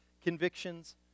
convictions